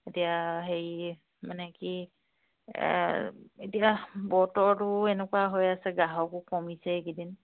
এতিয়া হেৰি মানে কি এতিয়া বতৰটোও এনেকুৱা হৈ আছে গ্ৰাহকো কমিছে এইকেইদিন